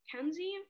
Kenzie